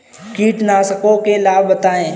कीटनाशकों के लाभ बताएँ?